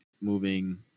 moving